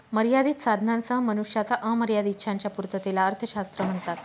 मर्यादित साधनांसह मनुष्याच्या अमर्याद इच्छांच्या पूर्ततेला अर्थशास्त्र म्हणतात